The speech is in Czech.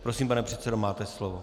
Prosím, pane předsedo, máte slovo.